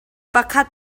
pakhat